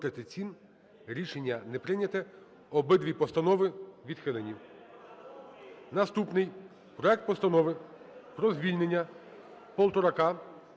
Рішення не прийнято. Обидві постанови відхилені. Наступний. Проект Постанови про звільненняПолторака